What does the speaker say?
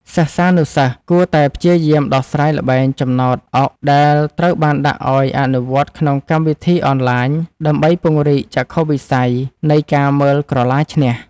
សិស្សានុសិស្សគួរតែព្យាយាមដោះស្រាយល្បែងចំណោទអុកដែលត្រូវបានដាក់ឱ្យអនុវត្តក្នុងកម្មវិធីអនឡាញដើម្បីពង្រីកចក្ខុវិស័យនៃការមើលក្រឡាឈ្នះ។